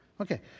Okay